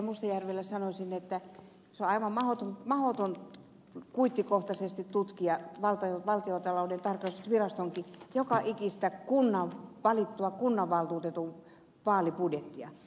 mustajärvelle sanoisin että on aivan mahdotonta kuittikohtaisesti tutkia valtiontalouden tarkastusvirastonkin joka ikistä valitun kunnanvaltuutetun vaalibudjettia